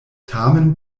tamen